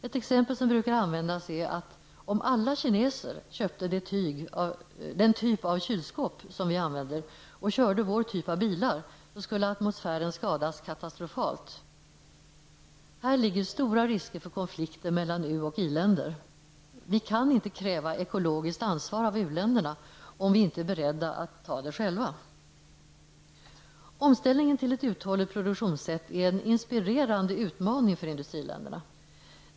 Ett exempel som brukar användas är, att om alla kineser köpte den typ av kylskåp som vi använder och körde vår typ av bilar, skulle atmosfären skadas katastrofalt. Häri ligger stora risker för konflikter mellan u-länder och i-länder. Vi kan inte kräva ekologiskt ansvar av u-länderna om vi inte är beredda att ta det själva. Omställningen till ett uthålligt produktionssätt är en inspirerande utmaning för industriländerna.